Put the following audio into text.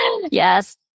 Yes